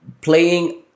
playing